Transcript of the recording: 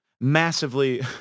massively